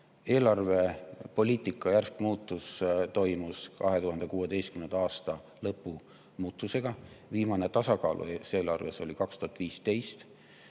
Eelarvepoliitika järsk muutus toimus 2016. aasta lõpus. Viimane tasakaalus eelarve oli 2015.